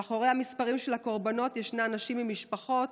מאחורי המספרים של הקורבנות יש נשים עם משפחות,